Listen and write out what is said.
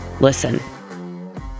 Listen